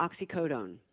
oxycodone